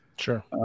Sure